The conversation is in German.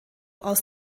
aus